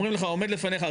אומרים לך עומדים לפניך,